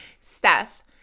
Steph